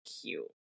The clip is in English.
cute